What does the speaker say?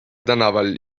tänaval